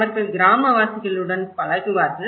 அவர்கள் கிராமவாசிகளுடன் பழகுவார்கள்